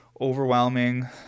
overwhelming